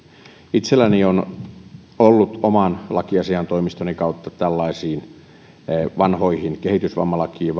itselläni on ollut oman lakiasiaintoimistoni kautta vanhoihin kehitysvammalakiin